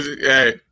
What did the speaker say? hey